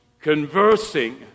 conversing